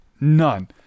none